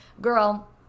Girl